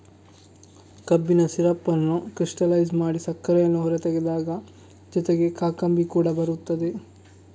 ಕಬ್ಬಿನ ಸಿರಪ್ ಅನ್ನು ಕ್ರಿಸ್ಟಲೈಜ್ ಮಾಡಿ ಸಕ್ಕರೆಯನ್ನು ಹೊರತೆಗೆದಾಗ ಜೊತೆಗೆ ಕಾಕಂಬಿ ಕೂಡ ಬರುತ್ತದೆ